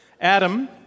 Adam